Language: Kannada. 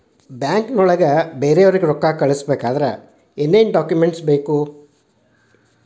ಬ್ಯಾಂಕ್ನೊಳಗ ಬೇರೆಯವರಿಗೆ ರೊಕ್ಕ ಕಳಿಸಬೇಕಾದರೆ ಏನೇನ್ ಡಾಕುಮೆಂಟ್ಸ್ ಬೇಕು?